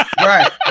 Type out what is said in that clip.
Right